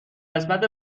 قسمت